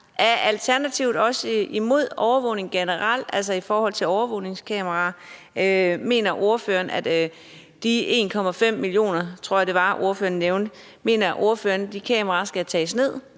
Alternativet også imod overvågning generelt, altså i forhold til overvågningskameraer? Mener ordføreren, at de 1,5 millioner kameraer, som jeg tror det var ordføreren nævnte, skal tages ned,